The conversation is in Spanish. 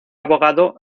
abogado